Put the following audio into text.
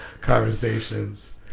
conversations